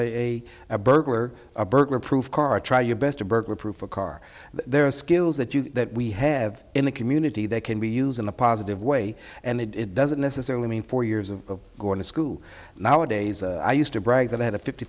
a burglar burglar proof car try your best to burglar proof a car there are skills that you that we have in the community that can be used in a positive way and it doesn't necessarily mean four years of going to school nowadays i used to brag that i had a fifty